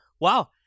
Wow